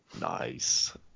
Nice